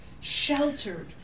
sheltered